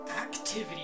activity